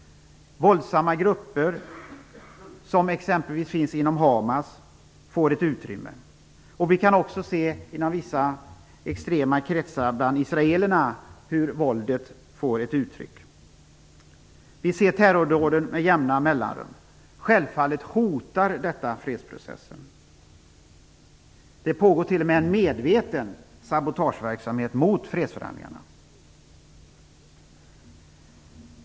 Våldsamma grupper som exempelvis finns inom Hamas får ett utrymme. Vi kan också se hur våldet får ett uttryck inom vissa extrema kretsar bland israelerna. Vi ser terrordåd med jämna mellanrum. Självfallet hotar detta fredsprocessen. Det pågår t.o.m. en medveten sabotageverksamhet mot fredsförhandlingarna.